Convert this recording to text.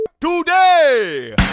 today